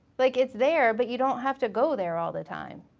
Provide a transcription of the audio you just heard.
like it's there but you don't have to go there all the time,